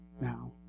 Now